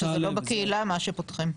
זה לא בקהילה מה שפותחים..